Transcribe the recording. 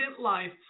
life